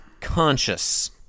conscious